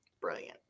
Brilliant